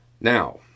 Now